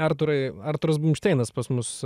arturai arturas bumšteinas pas mus